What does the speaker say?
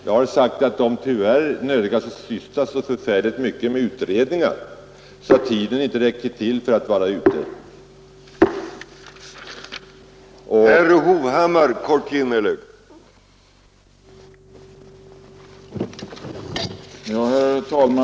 Jag har sagt att de tyvärr nödgas syssla så förfärligt mycket med utredningar att tiden inte räcker till för så mycket annat och därför måste de förstärkas.